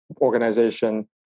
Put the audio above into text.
organization